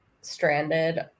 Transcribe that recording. stranded